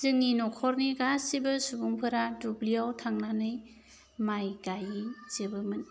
जोंनि न'खरनि गासैबो सुबुंफोरा दुब्लियाव थांनानै माइ गायजोबोमोन